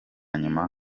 nyuma